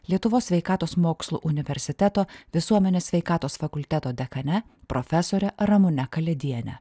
lietuvos sveikatos mokslų universiteto visuomenės sveikatos fakulteto dekane profesore ramune kalėdiene